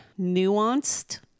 nuanced